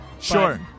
Sure